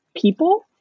people